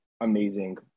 amazing